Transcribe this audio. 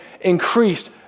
increased